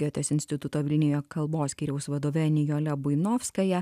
gėtės instituto vilniuje kalbos skyriaus vadove nijole buinovskaja